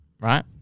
right